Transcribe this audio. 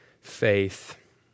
faith